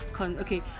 okay